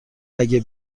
اگه